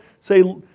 say